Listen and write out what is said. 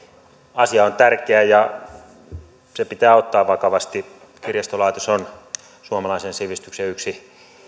asia on tärkeä ja se pitää ottaa vakavasti kirjastolaitos on suomalaisen sivistyksen yksi